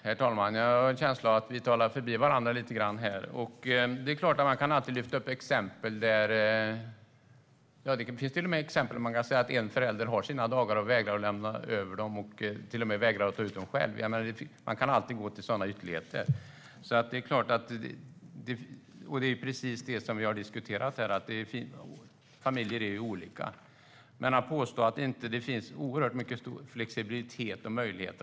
Herr talman! Jag har en känsla av att vi talar förbi varandra lite grann här. Man kan alltid lyfta upp exempel på olika saker. Man kan ta exempel där en förälder vägrar att överlåta sina dagar och till och med vägrar att ta ut dem själv. Man kan alltid gå till sådana ytterligheter. Det är precis det vi har diskuterat här - familjer är olika.